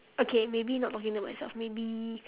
okay maybe not talking to myself maybe